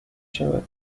شود